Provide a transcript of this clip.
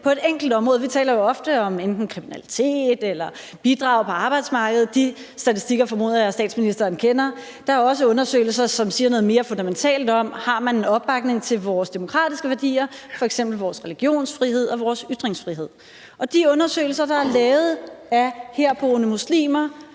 på et enkelt område. Vi taler jo ofte om enten kriminalitet eller bidrag på arbejdsmarkedet, og de statistikker formoder jeg at statsministeren kender. Der er også undersøgelser, som siger noget mere fundamentalt om, om der er en opbakning til vores demokratiske værdier, f.eks. vores religionsfrihed og vores ytringsfrihed. De undersøgelser, der er lavet, af herboende muslimer,